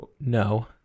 no